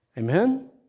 Amen